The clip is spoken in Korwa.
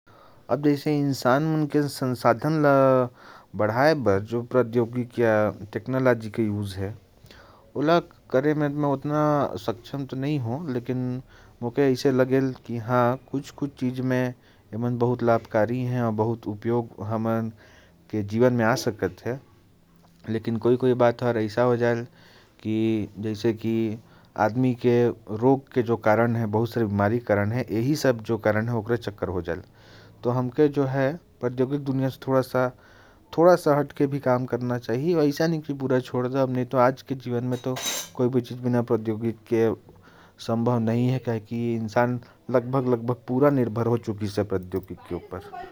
इंसान मन के संसाधन ला बढ़ाए में टेक्नोलॉजी के बहुत बड़ा योगदान है। दिन ब दिन में देखत हो कि इंसान संसाधन मन के ऊपर पूरा निर्भर हो चुकिस है। मैं तो संसाधन मन के ऊपर पूरा आश्रित नहीं हो।